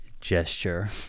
gesture